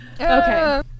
Okay